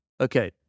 Okay